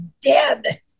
dead